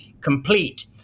complete